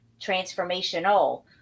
transformational